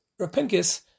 Rapinkis